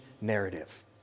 narrative